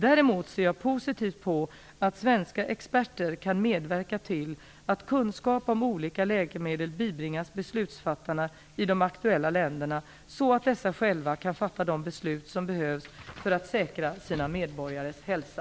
Däremot ser jag positivt på att svenska experter kan medverka till att kunskap om olika läkemedel bibringas beslutsfattarna i de aktuella länderna så att dessa själva kan fatta de beslut som behövs för att säkra sina medborgares hälsa.